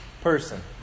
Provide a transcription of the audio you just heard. person